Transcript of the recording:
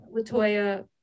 Latoya